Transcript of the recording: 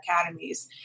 academies